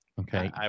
Okay